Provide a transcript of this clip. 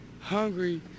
hungry